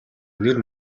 нэр